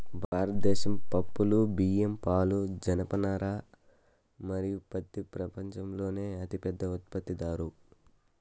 భారతదేశం పప్పులు, బియ్యం, పాలు, జనపనార మరియు పత్తి ప్రపంచంలోనే అతిపెద్ద ఉత్పత్తిదారు